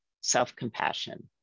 self-compassion